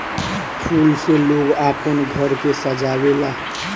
फूल से लोग आपन घर के सजावे ला